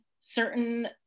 certain